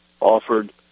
offered